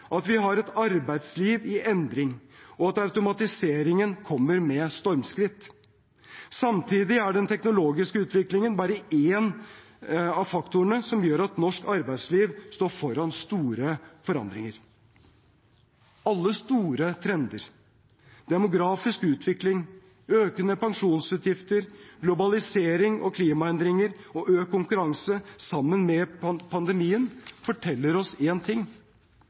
at vi har et arbeidsliv i endring, og at automatiseringen kommer med stormskritt. Samtidig er den teknologiske utviklingen bare én av faktorene som gjør at norsk arbeidsliv står foran store forandringer. Alle store trender – demografisk utvikling, økende pensjonsutgifter, globalisering, klimaendringer og økt konkurranse, sammen med pandemien – forteller oss én ting: